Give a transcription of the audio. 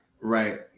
right